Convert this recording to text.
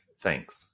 thanks